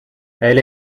elle